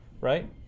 right